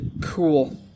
Cool